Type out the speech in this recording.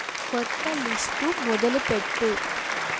కొత్త లిస్టు మొదలుపెట్టు